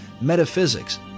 metaphysics